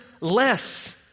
less